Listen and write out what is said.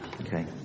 Okay